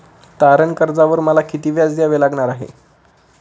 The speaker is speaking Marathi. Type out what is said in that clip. तारण कर्जावर मला किती व्याज द्यावे लागणार आहे?